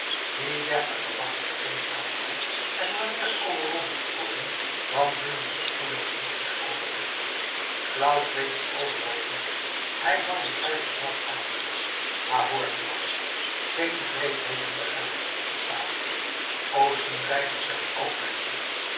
die dertig verwachten geen aanval en wanneer ze overrompeld worden dan zullen ze spoedig genoeg zich overgeven claus weet er overal den weg hij zal die vijftig man aanvoeren maar hoor claus geen wreedheden begaan verstaat ge oostenrijkers zijn ook menschen